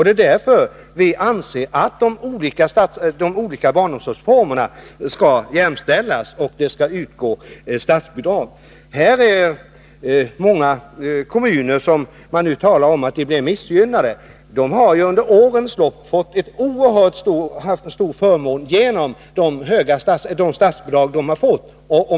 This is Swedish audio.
Det är därför vi anser att de olika barnomsorgsformerna skall jämställas och att det skall utgå statsbidrag. De kommuner som man säger kommer att bli missgynnade har ju under årens lopp haft en oerhört stor förmån genom de statsbidrag de fått.